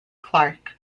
clark